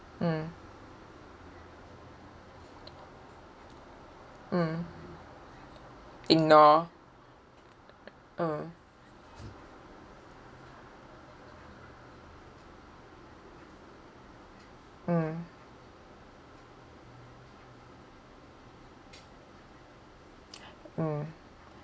mm mm ignore uh mm mm